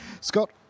Scott